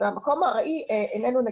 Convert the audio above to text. והמקום הארעי איננו נגיש,